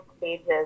pages